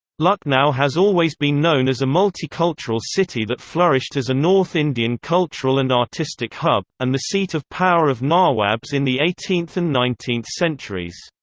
lucknow has always been known as a multicultural city that flourished as a north indian cultural and artistic hub, and the seat of power of nawabs in the eighteenth and nineteenth centuries.